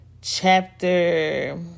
chapter